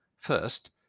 First